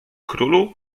królu